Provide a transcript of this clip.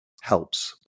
helps